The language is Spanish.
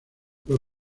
los